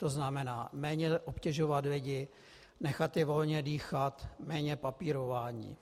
To znamená, méně obtěžovat lidi, nechat je volně dýchat, méně papírování.